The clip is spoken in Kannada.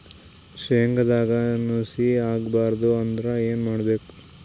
ಶೇಂಗದಾಗ ನುಸಿ ಆಗಬಾರದು ಅಂದ್ರ ಏನು ಮಾಡಬೇಕು?